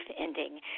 ending